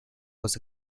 was